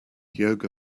yoga